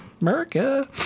America